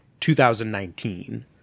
2019